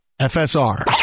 FSR